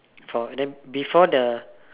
four then before the